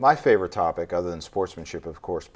my favorite topic other than sportsmanship of course